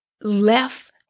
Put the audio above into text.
left